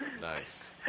Nice